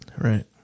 Right